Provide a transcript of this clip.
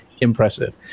impressive